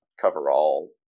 coverall